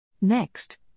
Next